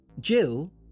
Jill